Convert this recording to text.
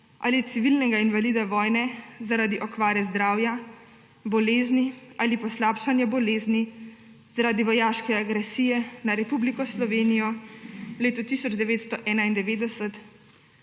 ali civilnega invalida vojne zaradi okvare zdravja, bolezni ali poslabšanja bolezni zaradi vojaške agresije na Republiko Slovenijo v letu 1991,